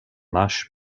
lush